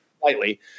slightly